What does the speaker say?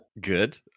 Good